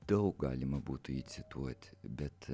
daug galima būtų jį cituoti bet